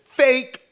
fake